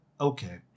okay